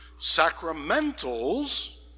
Sacramentals